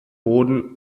boden